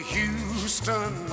Houston